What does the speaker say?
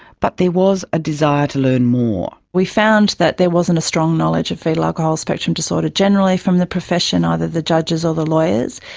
but there was a desire to learn more. we found that there wasn't a strong knowledge of foetal alcohol spectrum disorder generally from the profession, either the judges or the lawyers,